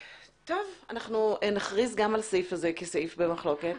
טוב, אנחנו נכריז גם על הסעיף הזה כסעיף במחלוקת.